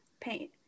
paint